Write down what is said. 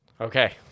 Okay